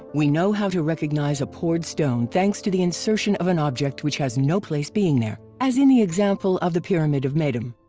we know how to recognize a poured stone thanks to the insertion of an object which has no place being there. as in the example of the pyramid of meidoum.